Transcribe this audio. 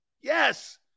Yes